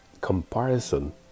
comparison